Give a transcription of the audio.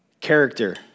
Character